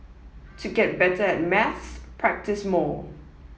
to get better at maths practise more